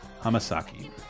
hamasaki